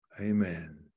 amen